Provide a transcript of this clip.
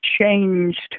changed